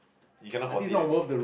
you cannot forsee anything